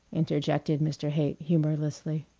interjected mr. haight humorlessly.